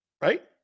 right